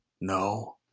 No